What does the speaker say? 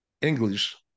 english